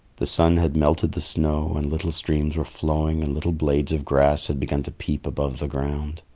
the sun had melted the snow, and little streams were flowing and little blades of grass had begun to peep above the ground.